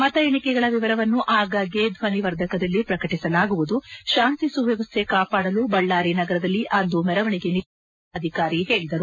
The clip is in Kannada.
ಮತ ಎಣಿಕೆಗಳ ವಿವರವನ್ನು ಆಗಾಗ್ಯೆ ಧ್ವನಿವರ್ಧಕದಲ್ಲಿ ಪ್ರಕಟಿಸಲಾಗುವುದು ಶಾಂತಿ ಸುವ್ಯವಸ್ಥೆ ಕಾಪಾಡಲು ಬಳ್ಳಾರಿ ನಗರದಲ್ಲಿ ಅಂದು ಮೆರವಣಿಗೆ ನಿಷೇಧಿಸಲಾಗಿದೆ ಎಂದು ಜಿಲ್ಲಾಧಿಕಾರಿ ಹೇಳಿದರು